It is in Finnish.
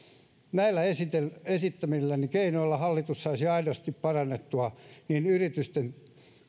näillä esittämilläni esittämilläni keinoilla hallitus saisi aidosti parannettua niin yritysten